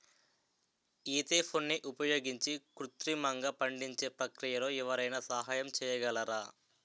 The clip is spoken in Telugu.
ఈథెఫోన్ని ఉపయోగించి కృత్రిమంగా పండించే ప్రక్రియలో ఎవరైనా సహాయం చేయగలరా?